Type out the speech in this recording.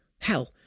Hell